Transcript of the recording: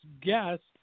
guest